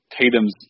Tatum's